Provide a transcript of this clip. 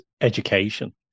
education